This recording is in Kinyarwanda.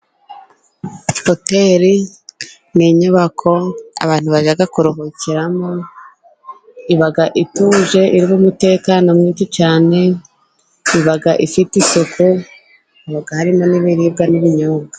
Hoteri ni inyubako abantu bajya kuruhukiramo, iba ituje irimo umutekano mwinshi cyane, iba ifite isuku haba harimo n'ibiribwa n'ibinyobwa.